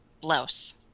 blouse